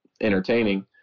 entertaining